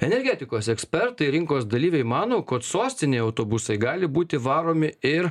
energetikos ekspertai rinkos dalyviai mano kad sostinėj autobusai gali būti varomi ir